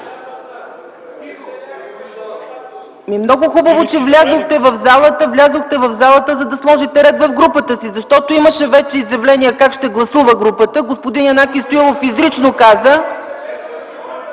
в залата. Влязохте в залата, за да сложите ред в групата си, защото вече имаше изявление как ще гласува групата. Господин Янаки Стоилов изрично каза ...